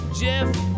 Jeff